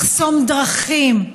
לחסום דרכים,